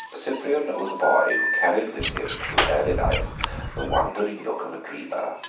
cyprian was a boy who carried with him through early life the wondering look of a dreamer,